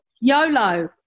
YOLO